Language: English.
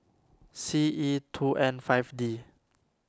C E two N five D